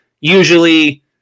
Usually